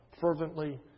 fervently